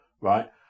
right